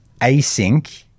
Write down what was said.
async